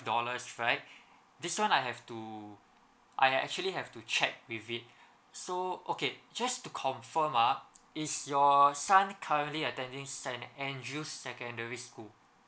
dollars right this one I have to I actually have to check with it so okay just to confirm ah it's your son currently attending saint andrew secondary school